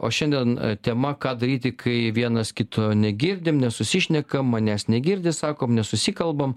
o šiandien tema ką daryti kai vienas kito negirdim nesusišnekam manęs negirdi sakom nesusikalbam